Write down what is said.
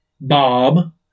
Bob